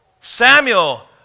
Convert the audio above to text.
Samuel